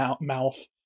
mouth